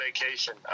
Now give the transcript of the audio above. vacation